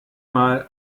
mal